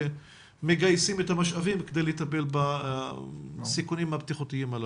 מגייסים את המשאבים כדי לטפל בסיכונים הבטיחותיים הללו.